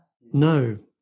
No